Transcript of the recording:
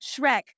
Shrek